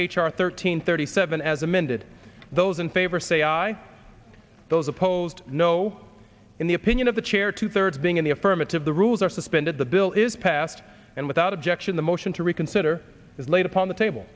r thirteen thirty seven as amended those in favor say aye those opposed no in the opinion of the chair two thirds being in the affirmative the rules are suspended the bill is passed and without objection the motion to reconsider is laid upon the table